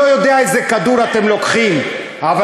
אני לא יודע איזה כדור אתם לוקחים, אין כדורי שקר.